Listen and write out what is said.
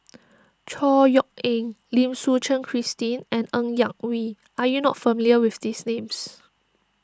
Chor Yeok Eng Lim Suchen Christine and Ng Yak Whee are you not familiar with these names